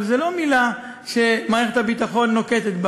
אבל זו לא מילה שמערכת הביטחון נוקטת.